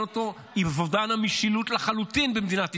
אותו אובדן המשילות לחלוטין במדינת ישראל.